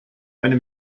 eine